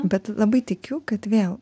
bet labai tikiu kad vėl